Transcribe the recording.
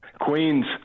Queens